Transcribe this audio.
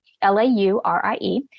L-A-U-R-I-E